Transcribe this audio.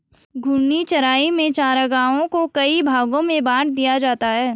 घूर्णी चराई में चरागाहों को कई भागो में बाँट दिया जाता है